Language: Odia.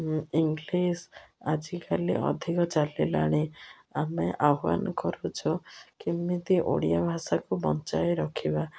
ଇଂଲିଶ ଆଜିକାଲି ଅଧିକ ଚାଲିଲାଣି ଆମେ ଆହ୍ୱାନ କରୁଛୁ କେମିତି ଓଡ଼ିଆ ଭାଷାକୁ ବଞ୍ଚାଇ ରଖିବା